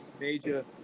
major